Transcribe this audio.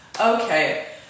Okay